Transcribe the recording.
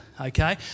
okay